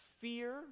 fear